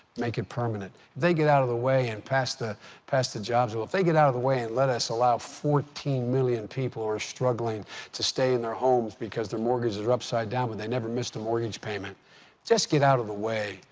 make it permanent, if they get out of the way and pass the pass the jobs bill, if they get out of the way and let us allow fourteen million people who are struggling to stay in their homes because their mortgages are upside-down, but they never missed a mortgage payment just get out of the way.